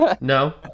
No